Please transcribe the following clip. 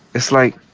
it's like,